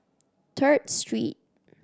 Third Street